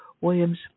williams